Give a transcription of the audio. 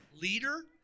Leader